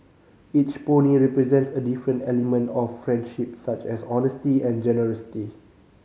each pony represents a different element of friendship such as honesty and generosity